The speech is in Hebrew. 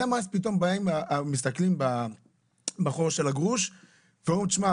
למה באים מסתכלים בחור של הגרוש ואומרים תשמע,